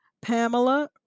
Pamela